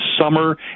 summer